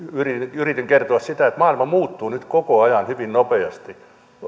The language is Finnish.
yritin kertoa sitä että maailma muuttuu nyt koko ajan hyvin nopeasti